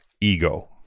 Ego